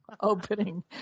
opening